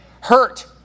hurt